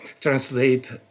translate